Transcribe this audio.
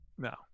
no